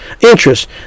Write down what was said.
interest